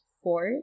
four